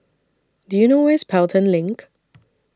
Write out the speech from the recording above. Do YOU know Where IS Pelton LINK